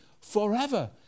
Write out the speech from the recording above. forever